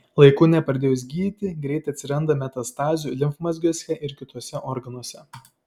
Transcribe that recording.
laiku nepradėjus gydyti greitai atsiranda metastazių limfmazgiuose ir kituose organuose